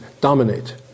dominate